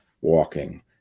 walking